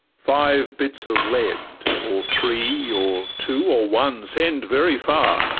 five bits of lead, or three, or two, or one, send very far!